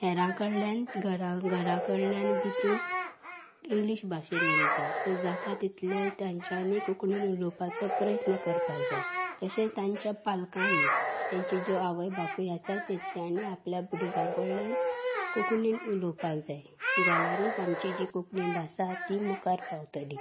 हेरां कडल्यान घरा घरा कडल्यान बी तीं इंग्लीश भाशेन उलयतात सो जाता तितलें तांच्यानी कोंकणीन उलोवपाचो प्रयत्न करपाक जाय तशें तांच्या पालकांनी तांची ज्यो आवय बापूय आसा तांच्यांनी आपल्या भुरग्यां कडल्यान कोंकणीन उलोवपाक जाय जाल्यारूच आमची जी कोंकणी भाास आसा ती मुखार पावतली